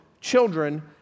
children